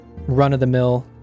run-of-the-mill